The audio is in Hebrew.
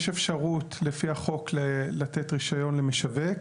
יש אפשרות לפי החוק לתת רישיון למשווק.